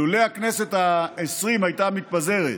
לולא הכנסת העשרים הייתה מתפזרת